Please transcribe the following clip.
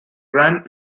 grand